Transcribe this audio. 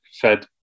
fed